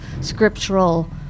scriptural